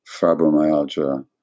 fibromyalgia